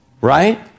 right